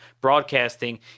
broadcasting